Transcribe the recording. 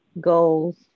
Goals